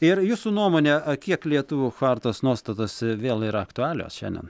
ir jūsų nuomone kiek lietuvių chartos nuostatos vėl yra aktualios šiandien